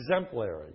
exemplary